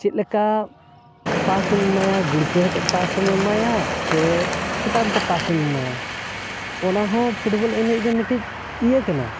ᱪᱮᱫ ᱞᱮᱠᱟ ᱯᱟᱥᱮᱢ ᱮᱢᱟᱭᱟ ᱜᱩᱲᱠᱟᱹᱣ ᱦᱟᱛᱮᱫ ᱯᱟᱥᱮᱢ ᱮᱢᱟᱭᱟ ᱪᱮ ᱪᱮᱛᱟᱱ ᱛᱮ ᱯᱟᱥᱮᱢ ᱮᱢᱟᱭᱟ ᱚᱱᱟ ᱦᱚᱸ ᱯᱷᱩᱴᱵᱚᱞ ᱮᱱᱮᱡ ᱨᱮ ᱢᱤᱫᱴᱤᱡ ᱤᱭᱟᱹ ᱠᱟᱱᱟ